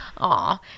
Aw